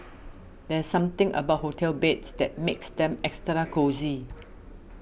there's something about hotel beds that makes them extra cosy